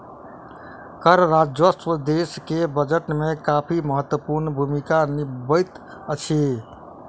कर राजस्व देश के बजट में काफी महत्वपूर्ण भूमिका निभबैत अछि